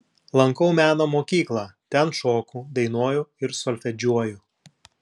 lankau meno mokyklą ten šoku dainuoju ir solfedžiuoju